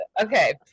okay